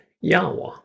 Yahweh